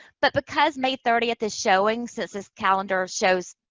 but because may thirtieth is showing, since this calendar shows,